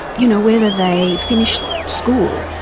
you know, whether they finished school,